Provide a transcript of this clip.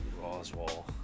Roswell